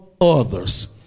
others